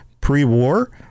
pre-war